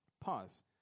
Pause